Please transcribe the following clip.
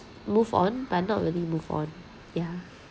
move on but not really move on ya